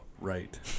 Right